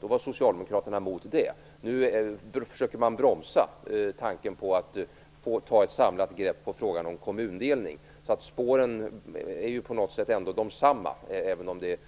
Då var socialdemokraterna motståndare till det, och nu försöker man bromsa tanken på ett samlat grepp när det gäller frågan om kommundelning. Spåren är på något sätt ändå de samma, även om det